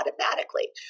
automatically